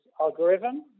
algorithm